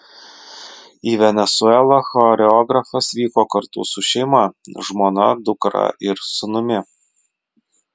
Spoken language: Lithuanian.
į venesuelą choreografas vyko kartu su šeima žmona dukra ir sūnumi